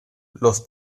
los